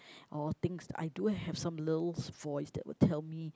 or things I do have some little voice that would tell me